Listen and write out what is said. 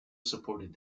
supported